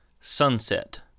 sunset